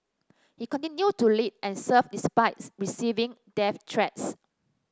he continued to lead and serve despite receiving death threats